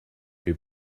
who